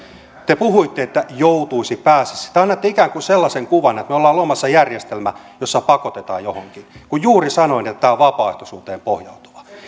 te puhuitte että joutuisi pääsisi te annatte ikään kuin sellaisen kuvan että me olemme luomassa järjestelmää jossa pakotetaan johonkin kun juuri sanoin että tämä on vapaaehtoisuuteen pohjautuva